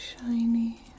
shiny